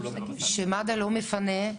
כשמד"א לא מפנה,